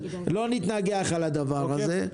לא נתנגח על הדבר הזה.